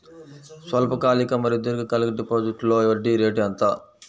స్వల్పకాలిక మరియు దీర్ఘకాలిక డిపోజిట్స్లో వడ్డీ రేటు ఎంత?